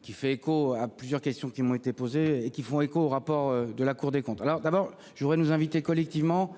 Qui fait écho à plusieurs questions qui m'ont été posées et qui font écho au rapport de la Cour des comptes. Alors d'abord je voudrais nous inviter collectivement